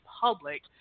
public